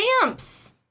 Stamps